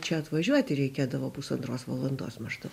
čia atvažiuoti reikėdavo pusantros valandos maždaug